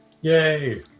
Yay